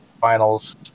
finals